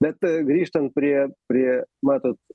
bet grįžtant prie prie matot